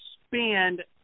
expand